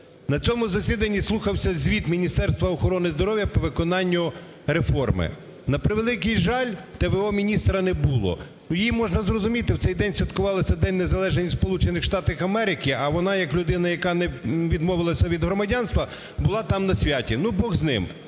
На цьому засіданні слухався звіт Міністерства охорони здоров'я по виконанню реформи. На превеликий жаль, т.в.о. міністра не було. Її можна зрозуміти, в цей день святкувалося День незалежності в Сполучених Штатах Америки, а вона як людина, яка не відмовилася від громадянства, була там на святі. Ну, Бог з ним.